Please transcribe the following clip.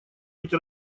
быть